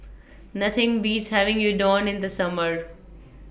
Nothing Beats having Udon in The Summer